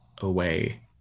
away